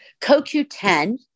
CoQ10